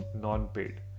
non-paid